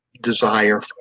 desire